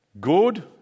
Good